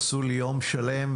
עשו לי יום שלם,